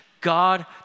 God